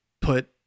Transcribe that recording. put